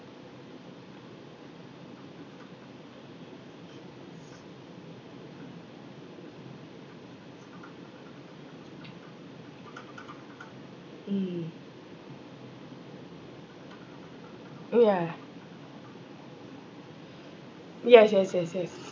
mm mm yeah yes yes yes yes